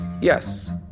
Yes